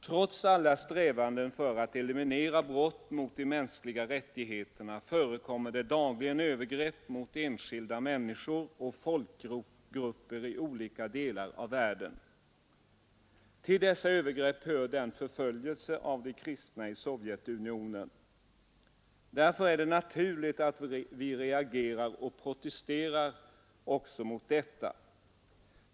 Trots alla strävanden för att eliminera brott mot de mänskliga rättigheterna förekommer det dagligen övergrepp mot enskilda människor och folkgrupper i olika delar av världen. Till dessa övergrepp hör förföljelsen av de kristna i Sovjetunionen. Därför är det naturligt att vi reagerar och protesterar också mot denna.